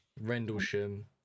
Rendlesham